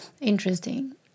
Interesting